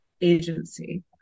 agency